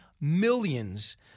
millions